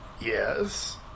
yes